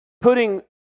putting